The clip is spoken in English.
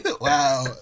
wow